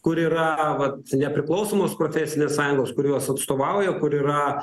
kur yra vat nepriklausomos profesinės sąjungos kur juos atstovauja kur yra